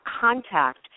contact